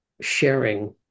sharing